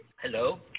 Hello